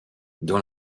dans